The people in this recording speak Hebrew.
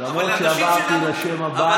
כבר עברתי לשם הבא.